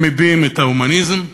שמביעים את ההומניזם,